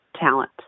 talent